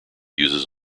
uses